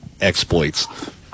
exploits